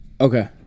Okay